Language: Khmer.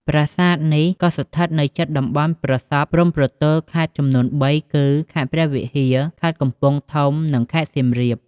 ប្រាសាទនេះក៏ស្ថិតនៅជិតតំបន់ប្រសព្វព្រំប្រទល់ខេត្តចំនួនបីគឺ ខេត្តព្រះវិហារ ខេត្តកំពង់ធំ និងខេត្តសៀមរាប។